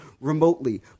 remotely